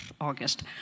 August